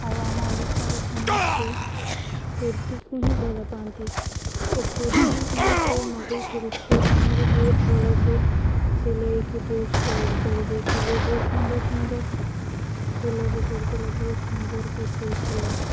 ଆଉ ଆମ ଓଡ଼ିଶାରେ ସମସ୍ତେ କୁର୍ତ୍ତିୀକୁ ହିଁ ଭଲ ପାଆନ୍ତି ଓ କୁର୍ତ୍ତୀ ମୁଁ ଯେଉଁ ମଗାଇଥିଲି ସେମାନେ ବି ବହୁତ ଭଲସେ ସିଲେଇକି ବହୁତ ଷ୍ଟାଇଲ୍ କରିଦେଇଥିଲେ ବହୁତ ସୁନ୍ଦର ସୁନ୍ଦର ଫୁଲ ବି ପଡ଼ିଥିଲା ବହୁତ ସୁନ୍ଦର ବି ହୋଇଥିଲା